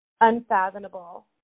unfathomable